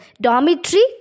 Dormitory